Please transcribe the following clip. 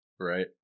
right